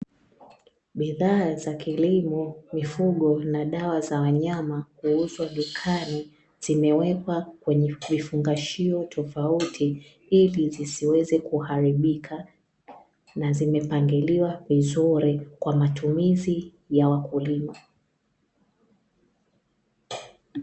Bidhaa za kilimo, mifugo na dawa za wanyama huuzwa dukani zimewekwa kwenye vifungashio tofauti, ili zisiweze kuharibika na zimepangiliwa vizuri kwa matumizi ya wakulima.